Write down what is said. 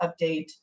update